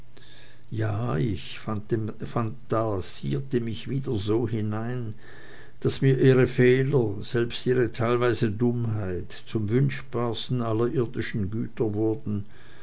ja ich phantasierte mich wieder so hinein daß mir ihre fehler selbst ihre teilweise dummheit zum wünschbarsten aller irdischen güter wurden